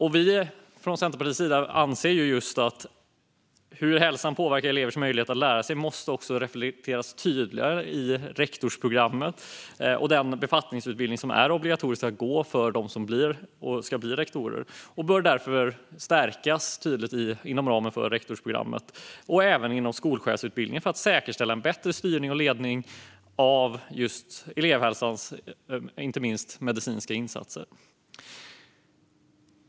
Vi i Centerpartiet anser att det måste reflekteras tydligare i rektorsprogrammet hur hälsan påverkar elevers möjligheter att lära sig. Det ska ingå i den befattningsutbildning som är obligatorisk för dem som ska bli rektorer. Elevhälsan bör därför stärkas tydligt inom ramen för rektorsprogrammet och även inom skolchefsutbildningen för att säkerställa en bättre styrning och ledning av elevhälsan, inte minst dess medicinska insatser.